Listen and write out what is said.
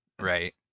Right